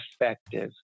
effective